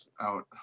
out